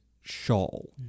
shawl